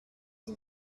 dit